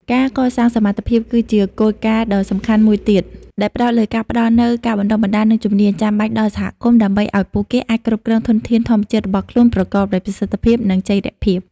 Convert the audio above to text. ការកសាងសមត្ថភាព គឺជាគោលការណ៍ដ៏សំខាន់មួយទៀតដែលផ្ដោតលើការផ្ដល់នូវ ការបណ្ដុះបណ្ដាល និងជំនាញ ចាំបាច់ដល់សហគមន៍ ដើម្បីឱ្យពួកគេអាចគ្រប់គ្រងធនធានធម្មជាតិរបស់ខ្លួនប្រកបដោយប្រសិទ្ធភាព និងចីរភាព។